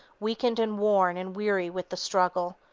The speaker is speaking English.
weakened and worn and weary with the struggle,